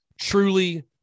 Truly